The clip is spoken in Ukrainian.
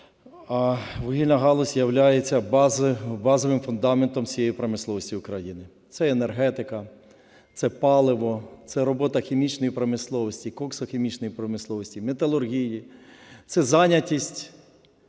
Вугільна галузь являється базовим фундаментом всієї промисловості України. Це енергетика, це паливо, це робота хімічної промисловості, коксохімічної промисловості, металургії. Це зайнятість